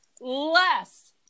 less